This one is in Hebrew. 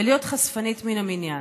ולהיות חשפנית מן המניין.